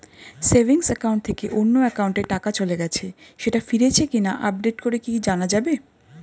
Savings account থেকে অন্য একাউন্টে টাকা চলে গেছে সেটা ফিরেছে কিনা আপডেট করে কি জানা যাবে?